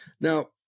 Now